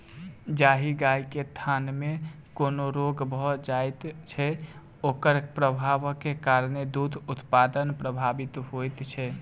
जाहि गाय के थनमे कोनो रोग भ जाइत छै, ओकर प्रभावक कारणेँ दूध उत्पादन प्रभावित होइत छै